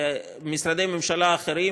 ומשרדי ממשלה אחרים,